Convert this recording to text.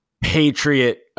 Patriot